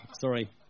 Sorry